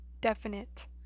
definite